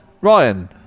Ryan